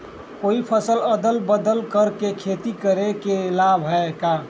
कोई फसल अदल बदल कर के खेती करे से लाभ है का?